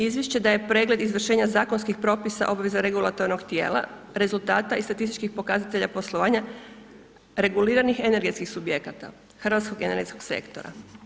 Izvješće da je pregled izvršenja zakonskog propisa, obveza regulatornog tijela, rezultata i statističkih pokazatelja poslovanja, reguliranih energetskih subjekata, hrvatskog energetskog sektora.